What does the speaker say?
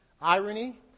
Irony